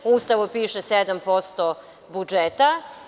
U Ustavu piše 7% budžeta.